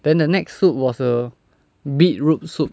then the next soup was a beetroot soup